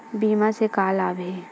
बीमा से का लाभ हे?